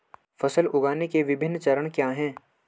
फसल उगाने के विभिन्न चरण क्या हैं?